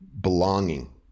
Belonging